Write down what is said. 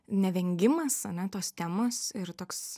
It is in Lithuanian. nevengimas ane tos temos ir toks